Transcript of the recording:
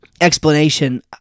explanation